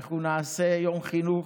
אנחנו נעשה יום חינוך,